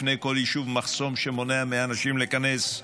לפני כל יישוב מחסום שמונע מאנשים להיכנס,